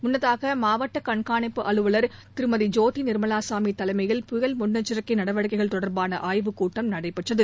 முன்னதாக மாவட்ட கண்காணிப்பு அலுவள் திருமதி ஜோதி நிா்மலாசாமி தலைமையில் புயல் முன்னெச்சரிக்கை நடவடிக்கைகள் தொடர்பான ஆய்வுக்கூட்டம் நடைபெற்றது